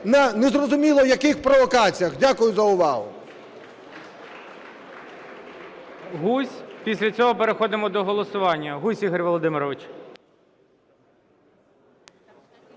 на незрозуміло яких провокаціях. Дякую за увагу.